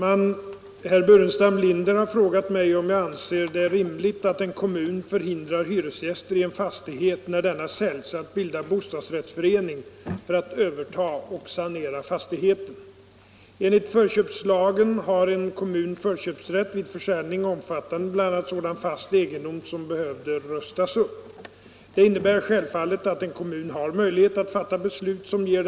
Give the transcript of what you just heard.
Anser statsrådet mot bakgrund av aktuella fall att det kan vara rimligt att en kommun förhindrar hyresgäster i en fastighet, när denna säljs, att bilda bostadsrättsförening för att överta och sanera fastigheten? Fritidsbåtutredningens betänkande är för båtlivets organisationer det viktigaste som har hänt på flera år.